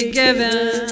given